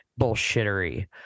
bullshittery